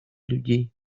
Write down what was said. людей